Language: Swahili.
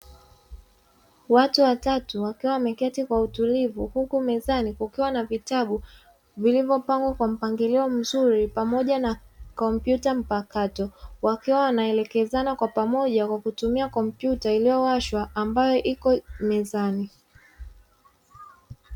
Watu watatu wakiwa wameketi kwa utulivu huku mezani kukiwa na vitabu vilivyopangwa kwa mpangilio mzuri pamoja na kompyuta mpakato, wakiwa wanaelekezana kwa pamoja kwa kutumia kompyuta iliyowashwa ambayo ipo mezani.